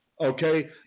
okay